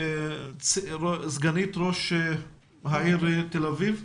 נשמע את סגנית ראש העיר תל אביב,